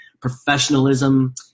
professionalism